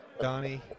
Donnie